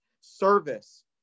service